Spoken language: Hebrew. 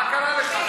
מה קרה לך?